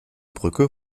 brücke